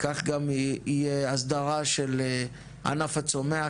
כך גם תהיה הסדרה של ענף הצומח,